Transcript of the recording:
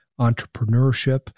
entrepreneurship